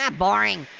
ah boring.